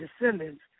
descendants